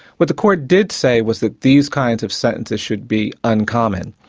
what the court did say was that these kinds of sentences should be uncommon,